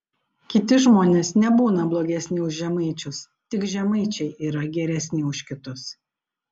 kiti žmonės nebūna blogesni už žemaičius tik žemaičiai yra geresni už kitus